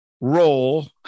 role